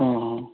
ହଁ ହଁ